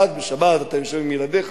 ואז בשבת אתה יושב עם ילדיך,